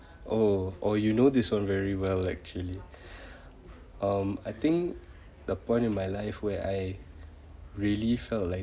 oh oh you know this one very well actually um I think the point in my life where I really felt like